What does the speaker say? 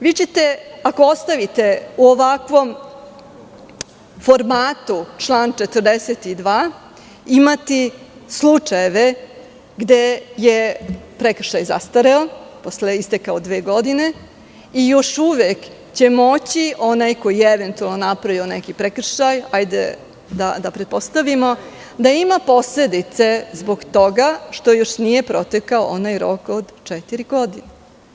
Vi ćete, ako ostavite u ovakvom formatu član 42, imati slučajeve gde je prekršaj zastareo posle isteka od dve godine i još uvek će moći onaj ko je eventualno napravio neki prekršaj, da pretpostavimo, da ima posledice zbog toga što još nije protekao onaj rok od četiri godine.